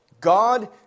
God